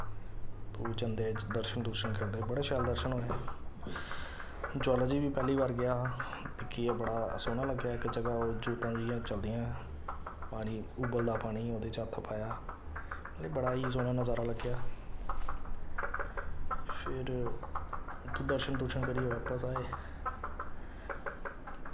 पूजन दे दर्शन दुर्शन करदे बड़े शैल दर्शन होए ज्वाला जी बी पैह्ली बार गेआ हा दिक्खियै बड़ा सोह्ना लग्गेआ इक जगह् ओह् जोतां जेहियां चलदियां पानी उब्बलदा पानी ओह्दे च हत्थ पाया मतलब कि बड़ा गै सोह्ना नजारा लग्गेआ फिर उत्थूं दर्शन दुर्शन करियै बापस आए